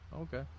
Okay